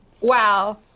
Wow